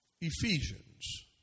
Ephesians